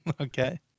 Okay